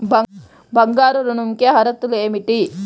బంగారు ఋణం కి అర్హతలు ఏమిటీ?